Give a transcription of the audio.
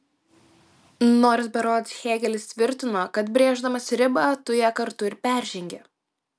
nors berods hėgelis tvirtino kad brėždamas ribą tu ją kartu ir peržengi